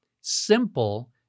simple